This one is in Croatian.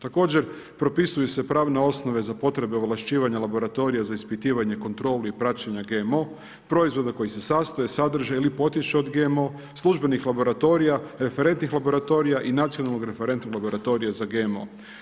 Također propisuju se pravne osobe za potrebe ovlašćivanja laboratorija za ispitivanje, kontrolu i praćenja GMO, proizvoda koji se sastoje sadržaj ili potiču od GMO, službenih laboratorija, referentnih laboratorija i nacionalnog referentnog laboratorija za GMO.